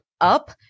up